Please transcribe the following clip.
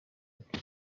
leta